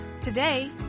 Today